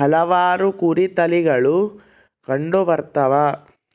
ಹಲವಾರು ಕುರಿ ತಳಿಗಳು ಕಂಡುಬರ್ತವ